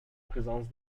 présence